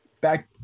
Back